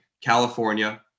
California